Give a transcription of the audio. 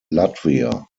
latvia